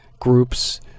groups